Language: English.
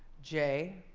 j.